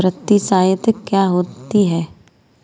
वित्तीय सहायता क्या होती है?